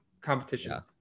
competition